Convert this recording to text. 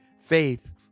faith